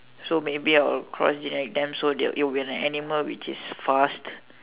so maybe I will cross generic them so that it will be an animal which is fast